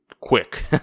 quick